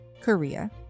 Korea